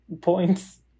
points